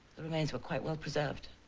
the remains were quite well preserved.